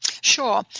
Sure